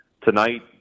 tonight